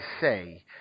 say